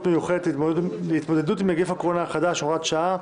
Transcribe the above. מיוחדות להתמודדות עם נגיף הקורונה החדש (הוראת שעה),